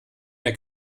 mir